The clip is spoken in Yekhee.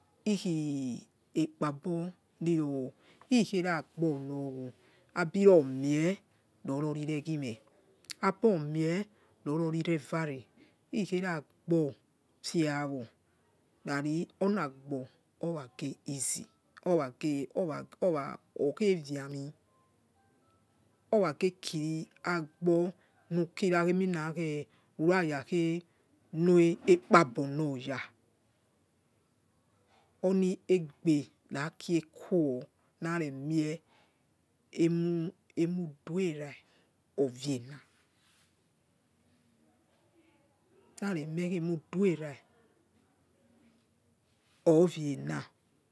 Ikhi- ikhiekpabo niro ikheragbonowo abi nomie rororireghime abomie rorori revare ikhergbofiawo rari onagbo oraghe easy owa owa okheviami oraghekiri agbonoki ra kheminakhe urarakhe noi ekpabonoya ha oniregbe raki ekuwori nare mie emu du ero oviena nare mie emidurah oviena